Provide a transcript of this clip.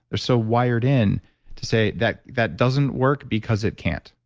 they're so wired in to say, that that doesn't work because it can't,